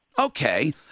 Okay